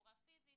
בצורה פיזית,